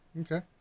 okay